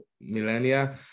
millennia